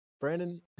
brandon